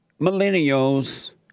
millennials